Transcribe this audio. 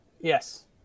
Yes